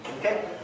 Okay